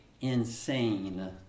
insane